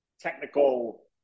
technical –